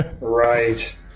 Right